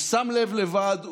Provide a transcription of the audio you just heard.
הוא שם לב לבד,